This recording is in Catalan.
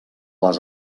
les